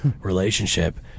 relationship